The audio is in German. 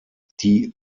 die